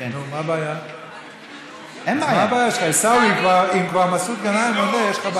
ואתה קורא לו שוב.